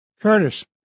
Curtis